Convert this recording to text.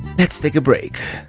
let's take a break.